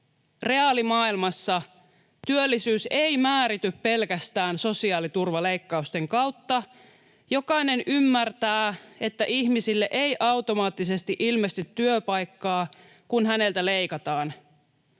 reaalimaailmassa, työllisyys ei määrity pelkästään sosiaaliturvaleikkausten kautta. Jokainen ymmärtää, että ihmisille ei automaattisesti ilmesty työpaikkaa, kun häneltä leikataan.